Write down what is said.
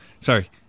Sorry